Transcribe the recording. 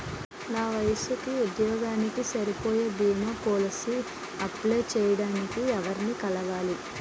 నా వయసుకి, ఉద్యోగానికి సరిపోయే భీమా పోలసీ అప్లయ్ చేయటానికి ఎవరిని కలవాలి?